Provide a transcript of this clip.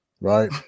right